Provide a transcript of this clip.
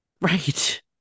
Right